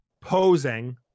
posing